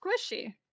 squishy